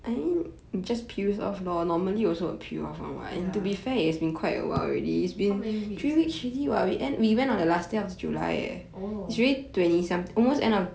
ya how many weeks oh